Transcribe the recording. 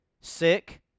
Sick